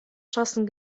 schossen